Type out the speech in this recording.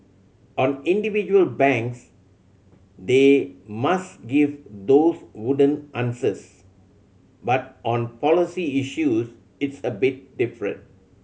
on individual banks they must give those wooden answers but on policy issues it's a bit different